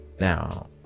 Now